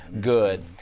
good